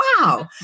wow